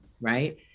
Right